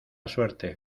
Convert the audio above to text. suerte